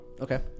okay